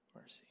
mercy